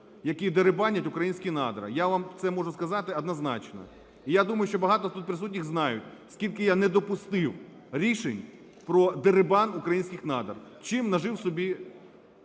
які дерибанять українські надра, я вам це можу сказати однозначно. І я думаю, що багато з тут присутніх знають, скільки я не допустив рішень про дерибан українських надр, чим нажив собі